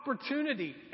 opportunity